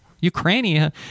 Ukraine